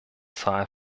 zahl